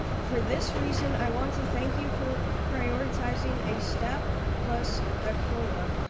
for this reason, i want to thank you for prioritizing a step plus a cola,